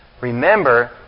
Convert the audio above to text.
remember